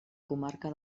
comarca